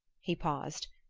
he paused.